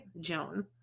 Joan